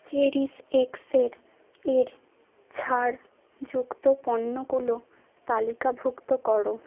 cherish এক্সের এর ছাড়যুক্ত পণ্যগুলো তালিকাভুক্ত করো